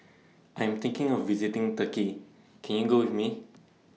I Am thinking of visiting Turkey Can YOU Go with Me